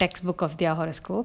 text book of their horoscope